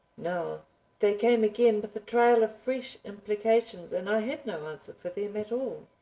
now they came again with a trail of fresh implications and i had no answer for them at all.